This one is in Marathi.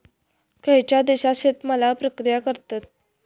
खयच्या देशात शेतमालावर प्रक्रिया करतत?